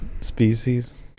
species